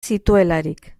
zituelarik